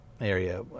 area